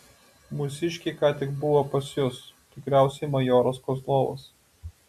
mūsiškiai ką tik buvo pas jus tikriausiai majoras kozlovas